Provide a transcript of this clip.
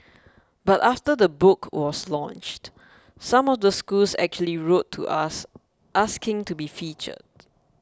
but after the book was launched some of the schools actually wrote to us asking to be featured